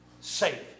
safe